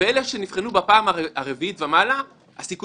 לדיון הזה טוענים בלשכת עורכי הדין שהם לא הספיקו